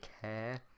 care